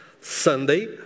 Sunday